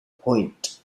point